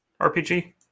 RPG